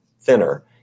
thinner